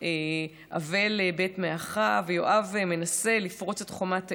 אבל בית מעכה, ויואב מנסה לפרוץ את חומת העיר,